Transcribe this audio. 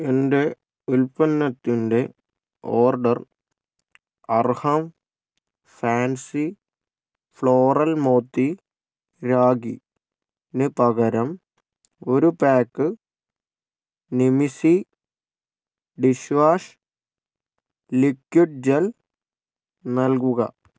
എന്റെ ഉൽപ്പന്നത്തിന്റെ order Arham fancy floral Moti Rakhi ന് പകരം ഒരു പായ്ക്ക് നിമീസി ഡിഷ് വാഷ് ലിക്വിഡ് ജെൽ നൽകുക